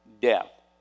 death